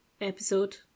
episode